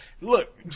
Look